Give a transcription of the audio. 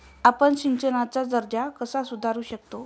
आपण सिंचनाचा दर्जा कसा सुधारू शकतो?